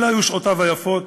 אלה היו שעותיו היפות,